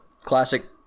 classic